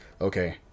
okay